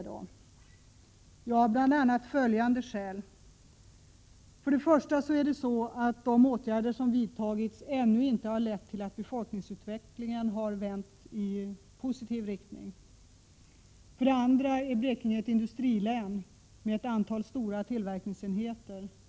Skälen är bl.a. följande: För det första har de åtgärder som vidtagits ännu inte lett till att befolkningsutvecklingen har vänt i positiv riktning. För det andra är Blekinge ett industrilän med ett antal stora tillverkningsenheter.